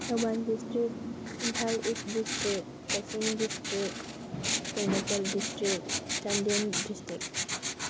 Thoubal district Imphal east district Kakching district Tengnoupal district Chandel district